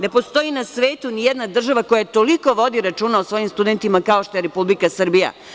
Ne postoji na svetu ni jedna država koja toliko vodi računa o svojim studentima kao što je Republika Srbija.